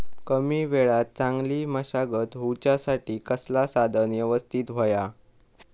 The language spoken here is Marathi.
कमी वेळात चांगली मशागत होऊच्यासाठी कसला साधन यवस्तित होया?